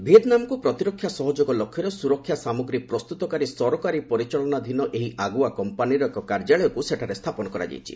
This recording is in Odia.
ଭିଏତନାମକୁ ପ୍ରତିରକ୍ଷା ସହଯୋଗ ଲକ୍ଷ୍ୟରେ ସୁରକ୍ଷା ସାମଗ୍ରୀ ପ୍ରସ୍ତୁତକାରୀ ସରକାରୀ ପରିଚାଳନାଧୀନ ଏହି ଆଗୁଆ କମ୍ପାନୀର ଏକ କାର୍ଯ୍ୟାଳୟକୁ ସେଠାରେ ସ୍ଥାପନ କରାଯାଇଛି